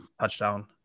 touchdown